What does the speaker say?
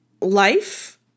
life